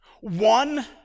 one